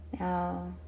Now